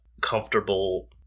comfortable